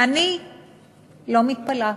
ואני לא מתפלאת.